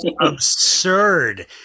absurd